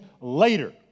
later